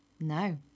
No